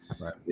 Right